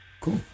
Cool